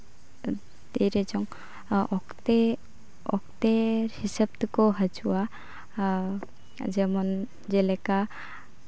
ᱛᱤ ᱨᱮᱪᱚᱝ ᱚᱠᱛᱮ ᱚᱠᱛᱮ ᱦᱤᱥᱟᱹᱵ ᱛᱮᱠᱚ ᱦᱤᱡᱩᱜᱼᱟ ᱟᱨ ᱡᱮᱢᱚᱱ ᱡᱮᱞᱮᱠᱟ